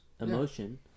emotion